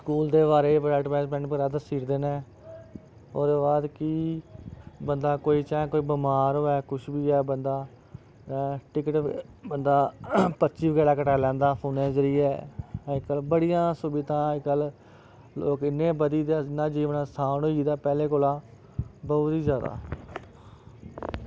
school दे बारे बड़ा ऐडबाईमैंट परा दस्सी ओड़दे नै ओह्दे बाद की बंदा कोई चाहे कोई बमार होऐ कुश बी होईया बंदा टिकट बंदा पर्ची बगैरा कटाई लैंदे फोनै जरियै अजकल्ल बड़ियां सुविधां अजकल्ल लोग इन्ने बधी दे इन्ना जीवन असान होई दा पैह्लें कोला बौह्त ही जादा